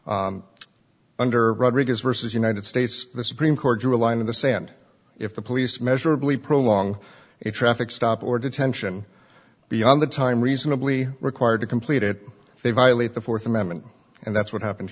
encounter under rodriguez versus united states the supreme court drew a line in the sand if the police measurably prolong its traffic stop or detention beyond the time reasonably required to complete it they violate the th amendment and that's what happen